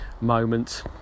moment